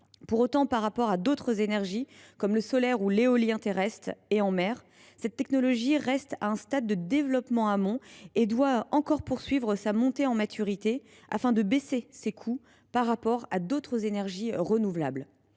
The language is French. Pour autant, par rapport à d’autres énergies comme le solaire ou l’éolien terrestre et en mer, cette technologie reste à un stade de développement amont et doit encore poursuivre sa montée en maturité, en particulier afin de réduire ses coûts par rapport à d’autres énergies renouvelables.